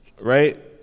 right